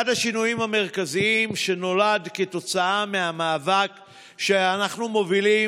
אחד השינויים המרכזיים שנולד כתוצאה מהמאבק שאנחנו מובילים,